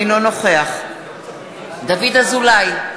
אינו נוכח דוד אזולאי,